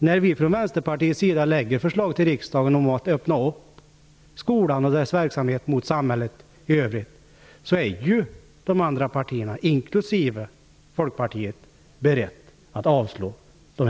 När vi från Vänsterpartiet lägger fram förslag till riksdagen om att öppna skolan och dess verksamhet mot samhället i övrigt är ju de andra partierna, inklusive Folkpartiet, beredda att avslå dem.